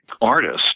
artist